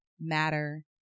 matter